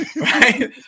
right